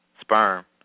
sperm